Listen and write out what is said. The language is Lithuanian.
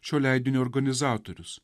šio leidinio organizatorius